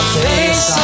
face